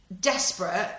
desperate